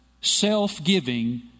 self-giving